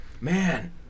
Man